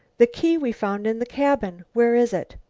the key we found in the cabin! where is it?